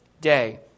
day